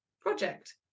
project